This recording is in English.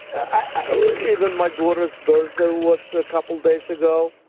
even my daughter's birthday was a couple days ago,